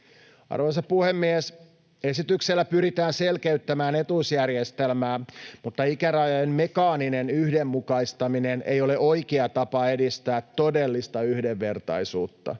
Arvoisa puhemies! Esityksellä pyritään selkeyttämään etuusjärjestelmää, mutta ikärajojen mekaaninen yhdenmukaistaminen ei ole oikea tapa edistää todellista yhdenvertaisuutta.